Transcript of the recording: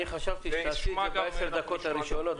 חשבתי שתעשי את זה ב-10 הדקות הראשונות,